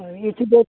ହଁ ଏଇଠ ବ